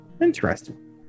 Interesting